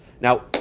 Now